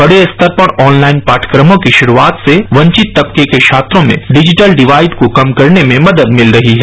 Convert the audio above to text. बड़े स्तर पर ऑनलाइन पाठ्यक्रमो की शुरुआत से वंचित तबके के छात्रों में डिजिटल डिवाइड को कम करने में मदद मिल रही है